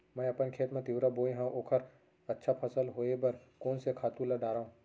मैं अपन खेत मा तिंवरा बोये हव ओखर अच्छा फसल होये बर कोन से खातू ला डारव?